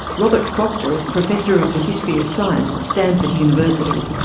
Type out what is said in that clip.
robert proctor is professor of the history of science at stanford university.